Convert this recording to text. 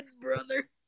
brother